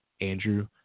Andrew